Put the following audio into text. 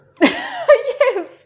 Yes